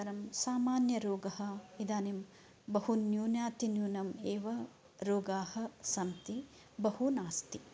अनन्तरं सामान्य रोगा इदानीं बहु न्यूनातिन्यूनम् एव रोगा सन्ति बहु नास्ति